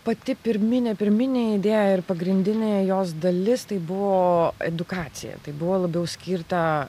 pati pirminė pirminė idėja ir pagrindinė jos dalis tai buvo edukacija tai buvo labiau skirta